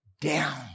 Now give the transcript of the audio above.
down